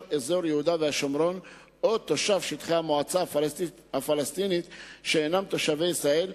אזור יהודה והשומרון או תושב שטחי המועצה הפלסטינית שאינם תושבי ישראל,